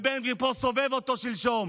בן גביר פה סובב אותו שלשום,